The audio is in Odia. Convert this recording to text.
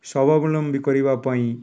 ସ୍ୱାବାବଲମ୍ବୀ କରିବା ପାଇଁ